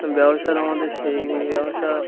ব্যবসার আমাদের শেষ নেই ব্যবসা